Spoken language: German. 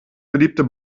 beliebte